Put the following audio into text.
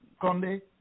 Conde